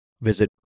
visit